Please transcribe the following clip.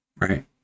right